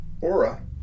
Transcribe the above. aura